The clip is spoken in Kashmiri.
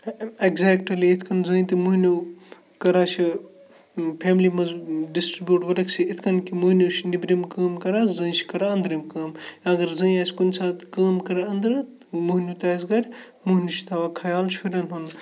ایٚکزیکٹلی یِتھ کٔنۍ زٔنۍ تہِ موہنیوٗ کَران چھِ فیملی منٛز ڈِسٹربیوٗٹ ؤرٕک سٕۍ اِتھ کٔنۍ کہِ موٚہنیوٗ چھِ نیٚبرِم کٲم کَران زٔنۍ چھِ کَران أنٛدرِم کٲم اَگَر زٔنۍ آسہِ کُنہِ ساتہٕ کٲم کَران أنٛدرٕ تہٕ موہنیوٗ تہِ آسہِ گَرِ موٚہنیوٗ چھِ تھاوان خَیال شُرٮ۪ن ہُنٛد